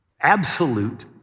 absolute